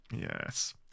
Yes